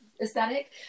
aesthetic